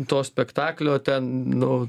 to spektaklio ten nu